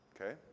Okay